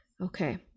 okay